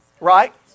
right